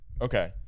Okay